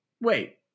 wait